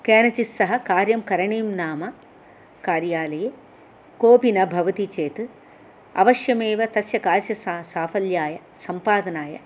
केनचित् सह कार्यं करणीयं नाम कार्यालये कोऽपि न भवति चेत् अवश्यमेव तस्य कार्यस्य साफल्याय सम्पादनाय